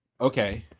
okay